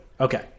Okay